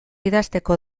idazteko